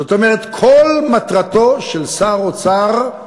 זאת אומרת, כל מטרתו של שר אוצר היא